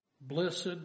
blessed